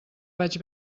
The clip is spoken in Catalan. vaig